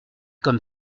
comme